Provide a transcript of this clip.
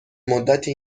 مدتی